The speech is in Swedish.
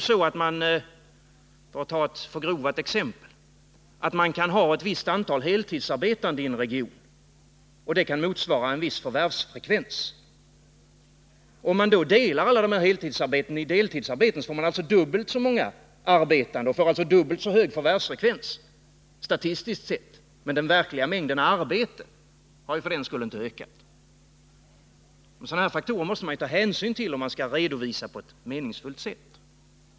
För att ta ett förgrovat exempel är det ju så, att man kan ha ett visst antal heltidsarbetande inom regionen, vilket kan motsvara en viss förvärvsfrekvens. Delar man antalet heltidsarbeten i deltidsarbeten, får man alltså dubbelt så många arbetande och alltså dubbelt så hög förvärvsfrekvens, statistiskt sett, men den verkliga mängden arbete har för den skull inte ökat. Sådana här faktorer måste man ju ta hänsyn till, om man vill redovisa på ett meningsfullt sätt.